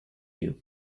you